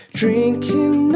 drinking